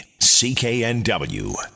CKNW